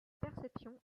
perception